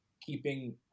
keeping